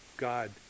God